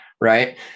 Right